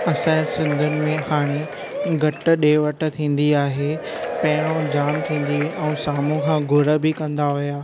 असां जे सिन्धियुनि में हाणे घटु ॾे वठु थीन्दी आहे पहिरियों जाम थीन्दी हुई ऐं साम्हूं खां घुर बि कंदा हुआ